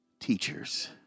teachers